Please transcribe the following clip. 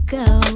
go